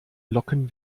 locken